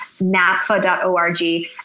NAPFA.org